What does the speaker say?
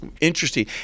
Interesting